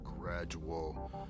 gradual